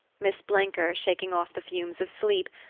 miss blenker, shaking off the fumes of sleep,